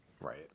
Right